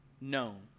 known